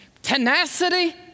tenacity